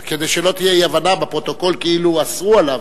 כדי שלא תהיה אי-הבנה בפרוטוקול, כאילו אסרו עליו.